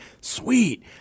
sweet